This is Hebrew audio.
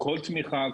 כל תמיכה,